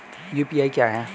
UPI क्या है?